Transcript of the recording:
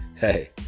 Hey